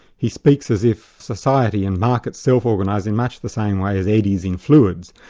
he speaks as if society and markets self-organise in much the same way as eddies in fluids,